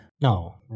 No